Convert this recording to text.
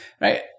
Right